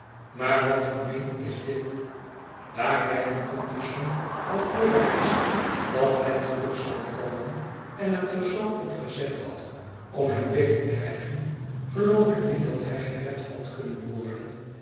maar wat ik meen is dit daar wijlen compeyson al vooraf wist dat hij terug zou komen en het er zoo op gezet had om hem beet te krijgen geloofik niet dat hij gered had kunnen worden